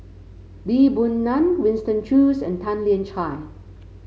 Lee Boon Ngan Winston Choos and Tan Lian Chye